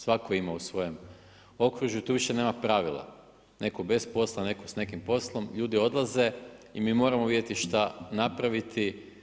Svako ima u svojem okružju i tu više nama pravila, neko bez posla, neko s nekim poslom ljudi odlaze i mi moramo vidjeti šta napraviti.